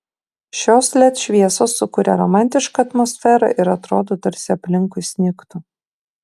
šios led šviesos sukuria romantišką atmosferą ir atrodo tarsi aplinkui snigtų